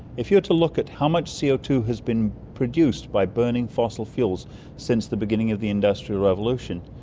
if you are to look at how much co ah two has been produced by burning fossil fuels since the beginning of the industrial revolution,